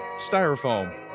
styrofoam